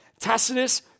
Tacitus